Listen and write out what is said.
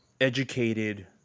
educated